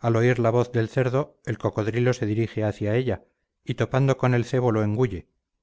al oír la voz del cerdo el cocodrilo se dirige hacia ella y topando con el cebo lo